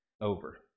over